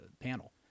panel